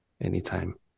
anytime